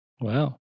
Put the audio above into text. Wow